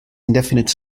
indefinite